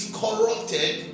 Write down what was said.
corrupted